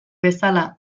bezala